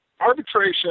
arbitration